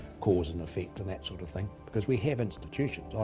cause and effect, and that sort of thing because we have institutions, i